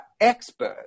expert